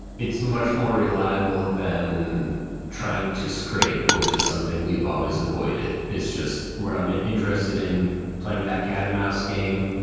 it's much more reliable than trying to scrape, which is something we've always avoided. it's just we're not interested in playing that cat and mouse game.